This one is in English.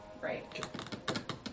right